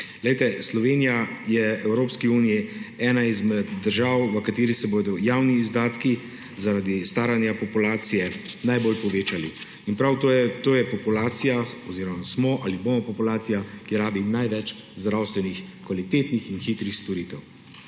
Slovenija je v Evropski uniji ena izmed držav, v kateri se bodo javni izdatki zaradi staranja populacije najbolj povečali; in prav to je populacija, oziroma smo ali bomo populacija, ki rabi največ kvalitetnih in hitrih